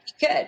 Good